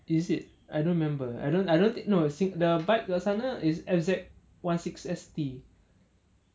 is it I don't remember I don't I don't no the bike kat sana is F_Z one sixty